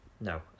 no